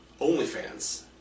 OnlyFans